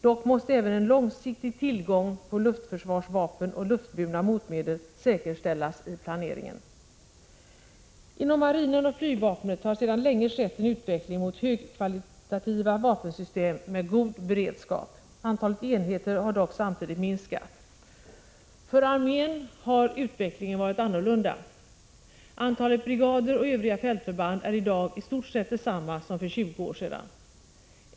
Dock måste även en långsiktig tillgång på luftförsvarsvapen och luftburna motmedel säkerställas i planeringen. Inom marinen och flygvapnet har sedan länge skett en utveckling mot högkvalitativa vapensystem med god beredskap. Antalet enheter har dock samtidigt minskat. För armén har utvecklingen varit annorlunda. Antalet brigader och övriga fältförband är i dag i stort sett detsamma som för 20 år sedan.